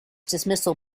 dismissal